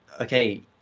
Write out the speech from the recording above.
okay